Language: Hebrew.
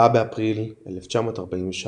4 באפריל 1943